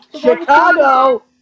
Chicago